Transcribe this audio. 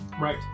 Right